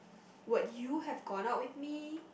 would you have gone out with me